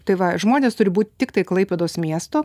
tai va žmonės turi būt tiktai klaipėdos miesto